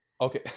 Okay